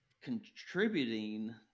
contributing